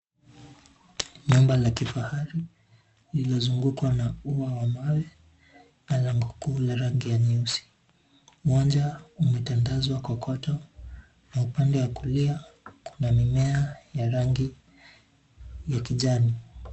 Nyumba la kifahari, lililozungukwa na ua wa mawe, na lango kuu la rangi ya nyeusi, uwanja umetandazwa kokoto, na upande wa kulia, kuna mimea ya rangi, ya kijani.